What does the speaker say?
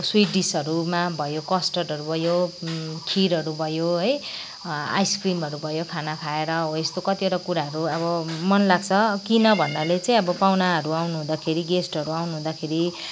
अब स्विट डिसहरूमा भयो कस्टर्डहरू भयो खिरहरू भयो है आइसक्रिमहरू भयो खाना खाएर हो यस्तो कतिवटा कुराहरू अब मन लाग्छ किन भन्नाले चाहिँ अब पाहुनाहरू आउनु हुँदाखेरि गेस्टहरू आउनु हुँदाखेरि